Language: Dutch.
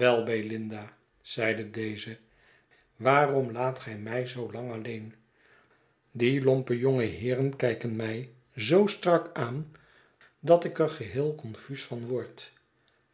wei belinda zeide deze waarom laat gij mij zoo lang alleen die lompe jonge heeren kijken my zoo strak aan dat ik er geheel confuus van word